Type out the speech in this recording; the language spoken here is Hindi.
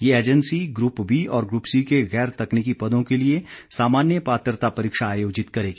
ये ऐजेंसी ग्रप बी और ग्रप सी के गैर तकनीकी पदों के लिए सामान्य पात्रता परीक्षा आयोजित करेगी